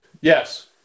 Yes